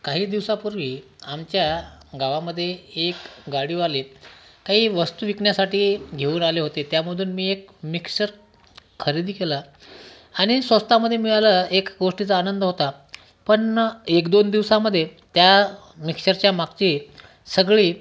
काही दिवसापूर्वी आमच्या गावामध्ये एक गाडीवाले काही वस्तू विकण्यासाठी घेऊन आले होते त्यामधून मी एक मिक्सर खरेदी केला आणि स्वस्तामध्ये मिळाला एक गोष्टीचा आनंद होता पण एक दोन दिवसामध्ये त्या मिक्सरच्या मागची सगळी